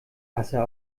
wasser